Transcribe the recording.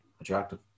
attractive